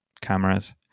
cameras